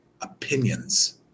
opinions